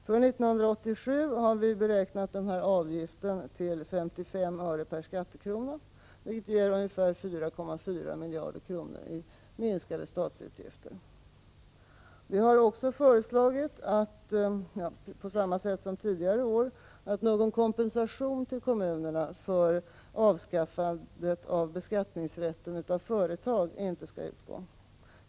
För 1987 har vi beräknat denna avgift till 55 öre per skattekrona, vilket ger ungefär 4,4 miljarder kronor i minskade statsutgifter. Vi har också föreslagit — på samma sätt som tidigare år — att någon kompensation till kommunerna för avskaffandet av beskattningsrätten gentemot företag inte skall utgå.